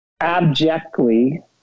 abjectly